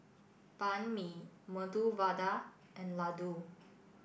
Banh Mi Medu Vada and Ladoo